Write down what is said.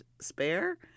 Spare